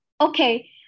Okay